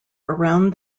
around